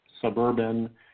suburban